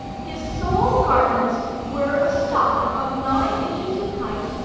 his sole garments were a stock of nine inches in height,